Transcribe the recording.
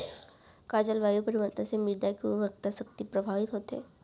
का जलवायु परिवर्तन से मृदा के उर्वरकता शक्ति प्रभावित होथे?